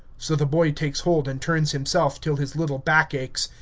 so the boy takes hold and turns himself, till his little back aches.